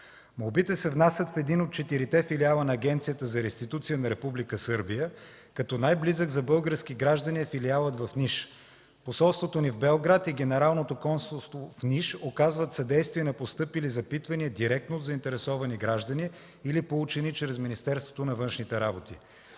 Молбите се внасят в един от четирите филиала на Агенцията за реституция на Република Сърбия, като най-близък за български граждани е филиалът в Ниш. Посолството ни в Белград и Генералното консулство в Ниш оказват съдействие на постъпили запитвания директно от заинтересовани граждани или получени чрез Министерството на външните работи.